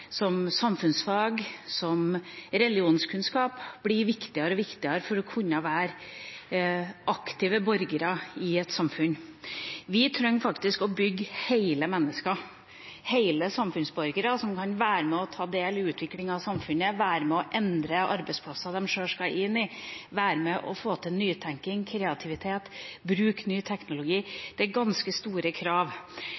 som samfunnsfag, som religionskunnskap blir viktigere og viktigere for å kunne være aktive borgere i et samfunn. Vi trenger faktisk å bygge hele mennesker, hele samfunnsborgere, som kan være med og ta del i utviklingen av samfunnet, være med og endre arbeidsplassen de sjøl skal inn i, være med og få til nytenkning og kreativitet og bruke ny teknologi.